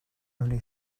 only